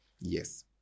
Yes